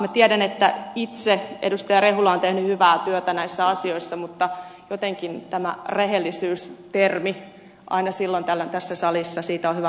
minä tiedän että itse edustaja rehula on tehnyt hyvää työtä näissä asioissa mutta jotenkin tästä rehellisyys termistä on aina silloin tällöin tässä salissa hyvä muistuttaa